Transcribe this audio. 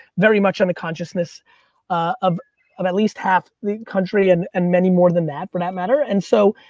very much on the consciousness of of at least half the country and and many more than that, for that matter. and so,